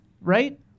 right